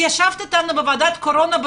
אני מבקרת שם אחת לשבוע ומדברת אתם.